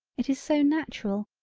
it is so natural,